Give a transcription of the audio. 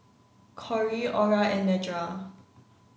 Corey Ora and Nedra